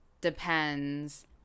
depends